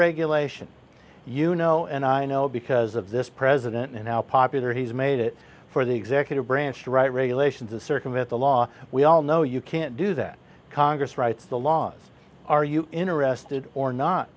regulation you know and i know because of this president and how popular he's made it for the executive branch to write regulations to circumvent the law we all know you can't do that congress writes the laws are you interested or not